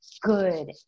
good